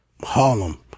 Harlem